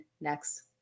next